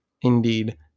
Indeed